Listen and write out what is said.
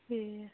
ٹھیٖک